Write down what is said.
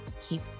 keep